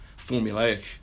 formulaic